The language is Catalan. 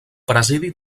presidi